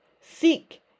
seek